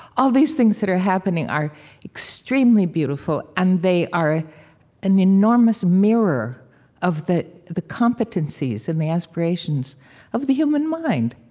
all these things that are happening are extremely beautiful and they are ah an enormous mirror of the competencies and the aspirations of the human mind.